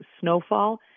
snowfall